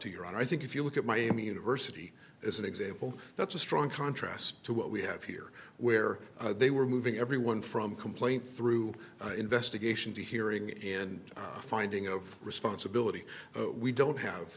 to your honor i think if you look at miami university as an example that's a strong contrast to what we have here where they were moving everyone from complaint through investigation to hearing and a finding of responsibility we don't have